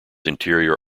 interior